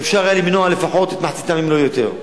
ואפשר היה למנוע לפחות את מחציתן, אם לא יותר.